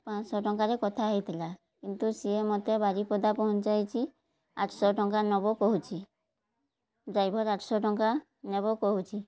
ପାଞ୍ଚଶହ ଟଙ୍କାରେ କଥା ହେଇଥିଲା କିନ୍ତୁ ସିଏ ମୋତେ ବାରିପଦା ପହଞ୍ଚାଇଛି ଆଠଶହ ଟଙ୍କା ନବ କହୁଛି ଡ୍ରାଇଭର ଆଠଶହ ଟଙ୍କା ନେବ କହୁଛି